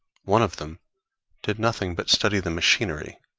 one of them did nothing but study the machinery,